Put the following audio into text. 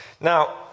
Now